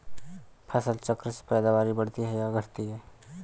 फसल चक्र से पैदावारी बढ़ती है या घटती है?